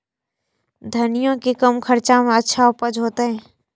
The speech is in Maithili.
धनिया के कम खर्चा में अच्छा उपज होते?